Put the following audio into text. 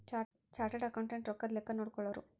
chartered accountant ರೊಕ್ಕದ್ ಲೆಕ್ಕ ನೋಡ್ಕೊಳೋರು